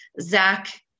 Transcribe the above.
Zach